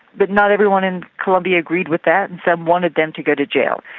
but not everyone in colombia agreed with that and some want them to go to jail.